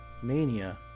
mania